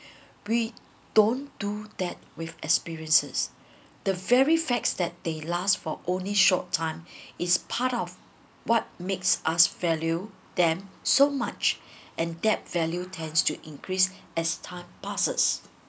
we don't do that with experiences the very fact that they last for only short time is part of what makes us value them so much and that value tends to increase as time passes